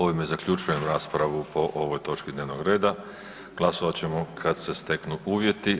Ovime zaključujem raspravu po ovoj točki dnevnog reda, glasovat ćemo kada se steknu uvjeti.